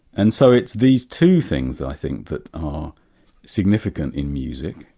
and so it's these two things i think that are significant in music,